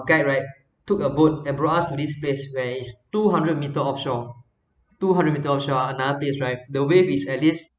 right took a boat and brought us to this space where two hundred meter offshore two hundred meter offshore another place right the wave is at least